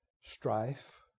strife